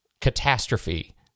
catastrophe